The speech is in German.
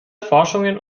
forschungen